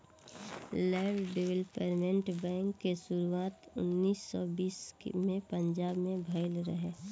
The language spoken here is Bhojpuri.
लैंड डेवलपमेंट बैंक के शुरुआत उन्नीस सौ बीस में पंजाब में भईल रहे